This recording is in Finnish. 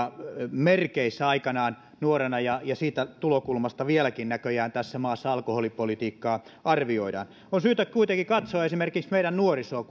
merkeissä aikanaan nuorena ja siitä tulokulmasta vieläkin näköjään tässä maassa alkoholipolitiikkaa arvioidaan on syytä kuitenkin katsoa esimerkiksi meidän nuorisoa